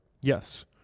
Yes